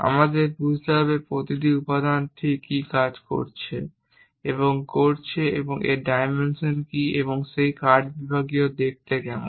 আমাদের বুঝতে হবে প্রতিটি উপাদান ঠিক কী কাজ করছে এবং করছে এবং এর ডাইমেনশন কী এবং সেই কাট বিভাগীয় দেখতে কেমন